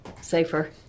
safer